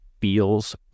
feels